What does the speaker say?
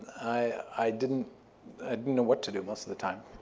i didn't know what to do most of the time.